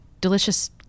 delicious